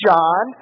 John